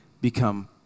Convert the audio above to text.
become